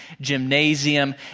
gymnasium